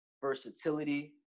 versatility